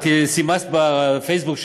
את סימסת בפייסבוק שלך.